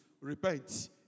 Repent